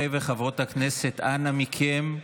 אנא מכם,